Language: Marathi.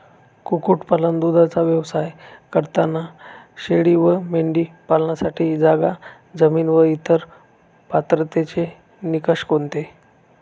कुक्कुटपालन, दूधाचा व्यवसाय करताना शेळी व मेंढी पालनासाठी जागा, जमीन व इतर पात्रतेचे निकष कोणते?